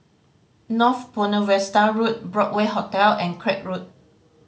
North Buona Vista Road Broadway Hotel and Craig Road